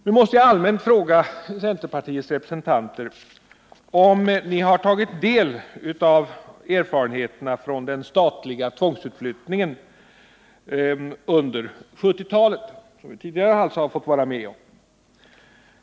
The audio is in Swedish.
Nu måste jag allmänt fråga centerpartiets representanter om ni har tagit del av erfarenheterna från den statliga tvångsutflyttning som vi var med om tidigare under 1970-talet.